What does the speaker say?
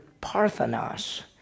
Parthenos